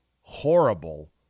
horrible